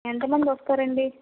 ఎంతమంది వస్తారండి